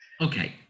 okay